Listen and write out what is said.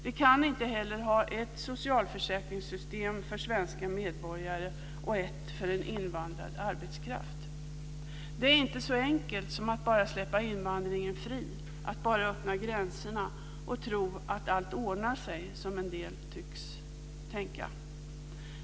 Vi kan inte heller ha ett socialförsäkringssystem för svenska medborgare och ett för invandrad arbetskraft. Det är inte så enkelt som att bara släppa invandringen fri, att bara öppna gränserna och tro att allt ordnar sig, som en del tycks tänka.